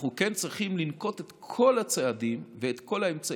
אנחנו כן צריכים לנקוט את כל הצעדים וכל האמצעים